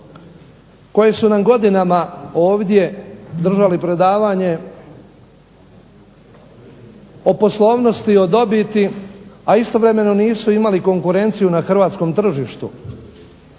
koje su nam godinama ovdje držali predavanje o poslovnosti, o dobiti, a istovremeno nisu imali konkurenciju na hrvatskom tržištu.